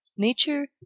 nature,